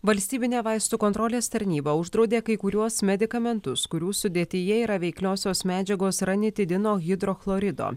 valstybinė vaistų kontrolės tarnyba uždraudė kai kuriuos medikamentus kurių sudėtyje yra veikliosios medžiagos ranitidino hidrochlorido